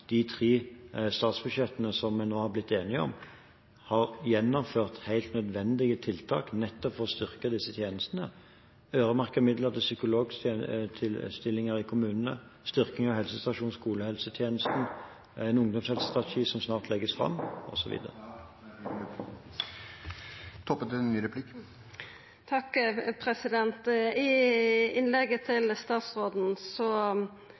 de tre statsbudsjettene som vi nå har blitt enige om, har gjennomført helt nødvendige tiltak nettopp for å styrke disse tjenestene: øremerking av midler til psykologstillinger i kommunene, styrking av helsestasjons- og skolehelsetjenesten, en ungdomshelsestrategi som snart legges fram, osv. I innlegget